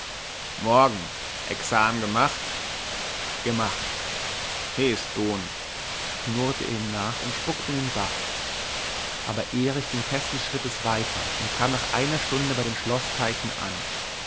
morgen examen gemacht gemacht he is duhn knurrte er ihm nach und spuckte in den bach aber erich ging festen schrittes weiter und kam nach einer stunde bei den schloßteichen an